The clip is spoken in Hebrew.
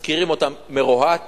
שוכרים אותם מרוהטים,